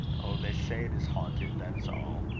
oh! they say it is haunted that is all.